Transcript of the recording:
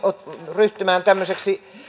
ryhtymään